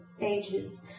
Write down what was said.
ages